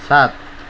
सात